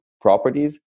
properties